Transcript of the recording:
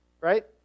right